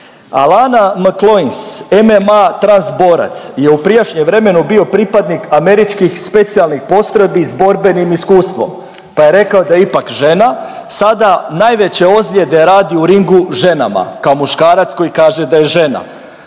A Lana … MMA transborac je u prijašnjem vremenu bio pripadnik američkih specijalnih postrojbi s borbenim iskustvom, pa je rekao da je ipak žena sada najveće ozljede radi u ringu ženama kao muškarac koji kaže da je žena.